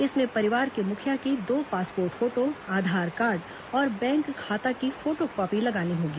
इसमें परिवार के मुखिया की दो पासपोर्ट फोटो आधार कार्ड और बैंक खाता की फोटो कॉपी लगानी होगी